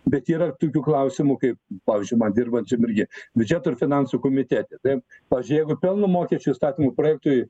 bet yra ir tokių klausimų kaip pavyzdžiui man dirbančiam irgi biudžeto ir finansų komitete taip pavyzdžiui jeigu pelno mokesčio įstatymo projektui